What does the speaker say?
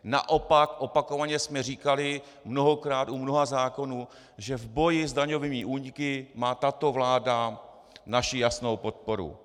Naopak, opakovaně jsme říkali mnohokrát u mnoha zákonů, že v boji s daňovými úniky má tato vláda naši jasnou podporu.